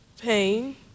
pain